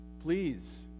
please